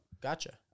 Gotcha